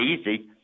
easy